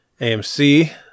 AMC